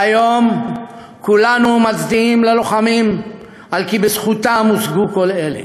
והיום כולנו מצדיעים ללוחמים על כי בזכותם הושגו כל אלה.